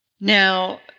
Now